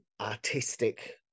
artistic